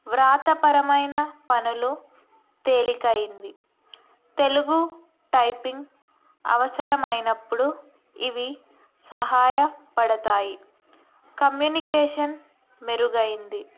వ్రాతపరమైన పనులు తేలికైంది తెలుగు టైపింగ్ అవసరమైనప్పుడు ఇవి సహాయపడతాయి కమ్యూనికేషన్ మెరుగైంది